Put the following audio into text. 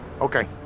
okay